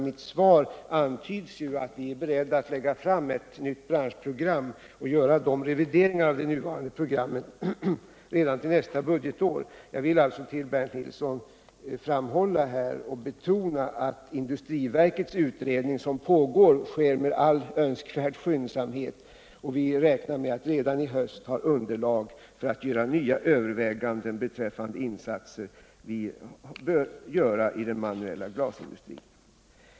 I mitt svar antyds att vi redan till nästa budgetår är beredda att lägga fram ett nytt programförslag för den här berörda branschen liksom att göra revideringar av de nuvarande programmen. Jag vill därför betona för Bernt Nilsson att den inom industriverket pågående utredningen sker med all önskvärd skyndsamhet. Vi räknar alltså med att redan till hösten ha underlag för att göra nya överväganden beträffande de insatser vi bör göra när det gäller den manuella glasindustrin.